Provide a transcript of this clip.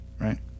right